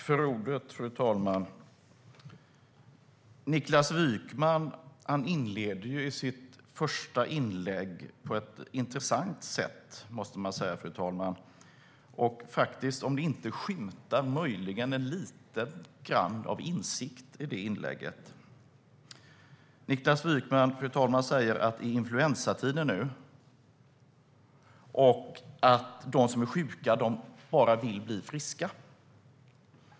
Fru talman! Niklas Wykman inleder sitt första inlägg på ett intressant sätt, måste man säga. Faktiskt om det inte skymtar lite grann av insikt i det inlägget! Niklas Wykman säger att det är influensatider nu och att de som är sjuka bara vill bli friska.